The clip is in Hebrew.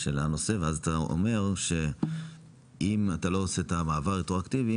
של הנושא ואז אתה אומר שאם אתה לא עושה את המעבר רטרואקטיבי